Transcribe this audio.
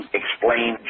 explain